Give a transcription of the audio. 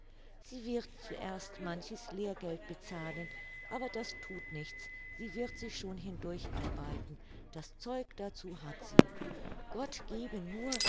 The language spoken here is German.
sie wird zuerst manches lehrgeld bezahlen aber das thut nichts sie wird sich schon hindurcharbeiten das zeug dazu hat sie gott gebe nur